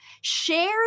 share